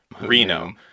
Reno